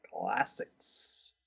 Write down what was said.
classics